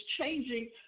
changing